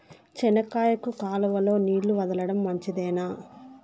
చెనక్కాయకు కాలువలో నీళ్లు వదలడం మంచిదేనా?